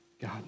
God